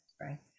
Right